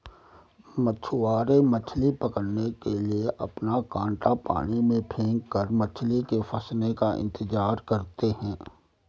मछुआरे मछली पकड़ने के लिए अपना कांटा पानी में फेंककर मछली के फंसने का इंतजार करते है